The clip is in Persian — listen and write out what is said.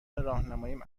راهنماییم